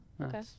okay